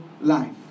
life